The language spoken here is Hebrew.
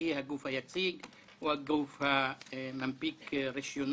שהיא הגוף היציג או הגוף מנפיק הרישיונות.